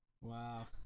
Wow